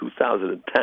2010